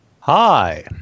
Hi